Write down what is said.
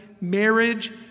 marriage